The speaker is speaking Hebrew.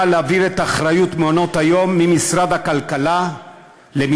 להעביר את האחריות למעונות-היום ממשרד הכלכלה והתעשייה